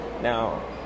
Now